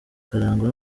akarangwa